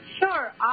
Sure